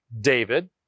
David